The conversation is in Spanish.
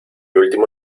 último